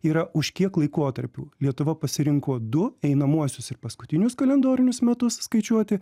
yra už kiek laikotarpių lietuva pasirinko du einamuosius ir paskutinius kalendorinius metus skaičiuoti